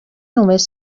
només